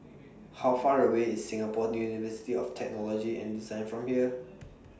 How Far away IS Singapore University of Technology and Design from here